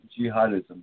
jihadism